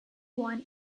one